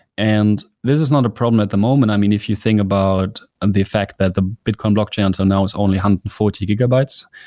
and this is not a problem at the moment. i mean, if you think about and the fact that the bitcoin blockain until now is one hundred and forty gigabytes,